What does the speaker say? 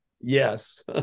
Yes